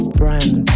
brand